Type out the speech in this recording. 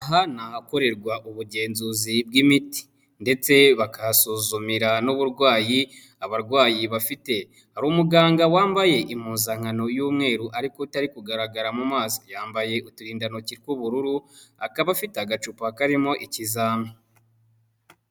Aha ni ahakorerwa ubugenzuzi bw'imiti ndetse bakasuzumira n'uburwayi, abarwayi bafite, hari umuganga wambaye impuzankano y'umweru ariko utari kugaragara mu maso, yambaye uturindantoki tw'ubururu, akaba afite agacupa karimo ikizami.